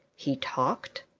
he talked?